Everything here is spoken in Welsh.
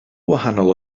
wahanol